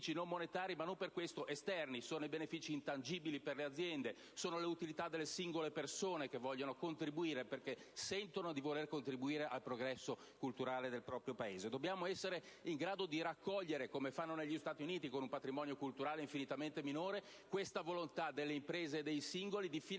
sono anche benefici non monetari, ma non per questo esterni, che sono quelli intangibili: per le aziende, ed anche per le singole persone che sentono di voler contribuire al progresso culturale del proprio Paese. Dobbiamo essere in grado di raccogliere - come fanno negli Stati Uniti, sebbene con un patrimonio culturale infinitamente minore - questa volontà delle imprese e dei singoli di finanziare